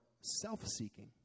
self-seeking